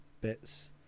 bits